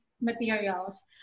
materials